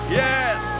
yes